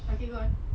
okay go ahead